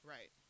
Right